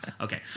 Okay